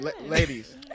ladies